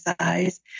size